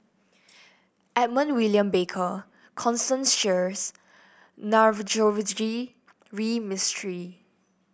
Edmund William Barker Constance Sheares Navroji V Mistri